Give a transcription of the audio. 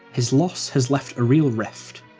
his loss has left a real rift.